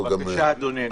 כן, בבקשה, אדוני.